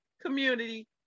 community